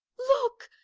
look,